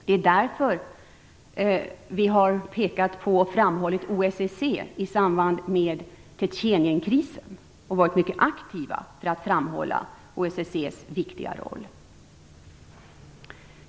Det är därför som vi har pekat på och framhållit OSSE i samband med Tjetjenienkrisen och varit mycket aktiva när det gällt att framhålla OSSE:s viktiga roll.